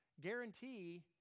Guarantee